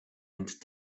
and